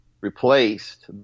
replaced